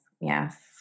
yes